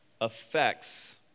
affects